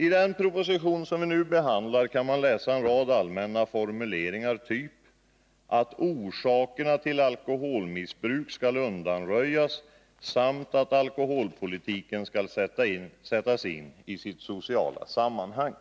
I den proposition som vi nu behandlar kan man läsa en rad allmänna formuleringar av typen att ”orsakerna till alkoholmissbruk skall undanröjas samt att alkoholpolitiken skall sättas in i sitt sociala sammanhang”.